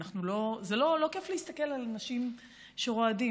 לא כיף להסתכל על אנשים שרועדים.